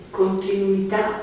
continuità